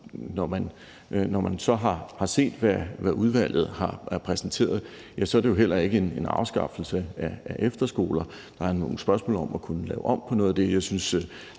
når man så har set, hvad udvalget har præsenteret, er det jo heller ikke en afskaffelse af efterskoler. Der er nogle spørgsmål om at kunne lave om på noget af det.